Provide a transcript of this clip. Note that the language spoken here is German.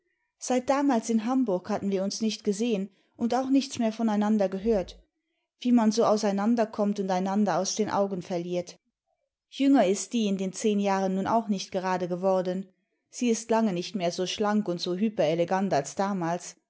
seit damals in hamburg hatten wir uns nicht gesehen und auch nichts mehr voneinander gehört wie man so auseinander kommt und einander aus den augen verliert i jünger ist die in den zehn jahren nun auch nicht gerade geworden sie ist lange nicht mehr so schlank und so hyperelegant als damals